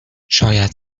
شاید